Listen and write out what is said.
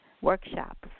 workshops